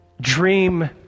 Dream